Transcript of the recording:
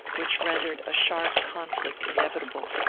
which rendered a sharp conflict inevitable.